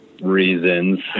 reasons